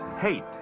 Hate